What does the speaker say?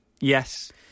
Yes